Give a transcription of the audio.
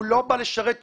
הוא לא בא לשרת אותי,